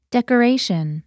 Decoration